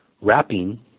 wrapping